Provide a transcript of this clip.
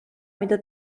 mida